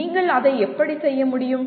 நீங்கள் அதை எப்படி செய்ய முடியும்